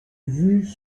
vus